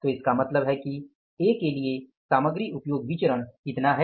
तो इसका मतलब है कि ए के लिए सामग्री उपयोग विचरण कितना है